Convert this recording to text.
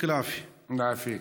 כבוד